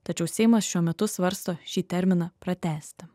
tačiau seimas šiuo metu svarsto šį terminą pratęsti